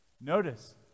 Notice